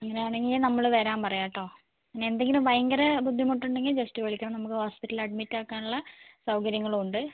അങ്ങനെയാണെങ്കിൽ നമ്മൾ വരാൻ പറയാം കേട്ടോ എന്തെങ്കിലും ഭയങ്കര ബുദ്ധിമുട്ട് ഉണ്ടെങ്കിൽ ജസ്റ്റ് വിളിക്കണം നമുക്ക് ഹോസ്പിറ്റലിൽ അഡ്മിറ്റ് ആക്കാനുള്ള സൗകര്യങ്ങളും ഉണ്ട്